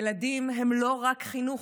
ילדים הם לא רק חינוך,